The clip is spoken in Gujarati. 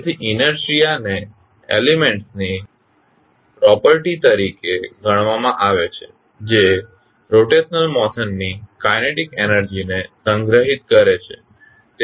તેથી ઇનેર્શીઆને એલીમેન્ટની પ્રોપર્ટી તરીકે ગણવામાં આવે છે જે રોટેશનલ મોશનની કાઈનેટીક એનર્જી ને સંગ્રહિત કરે છે